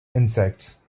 insects